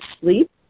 sleep